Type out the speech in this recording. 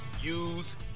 use